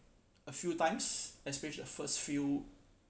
a few times especially a first few